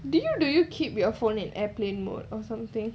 didn't do you keep your phone at airplane mode or something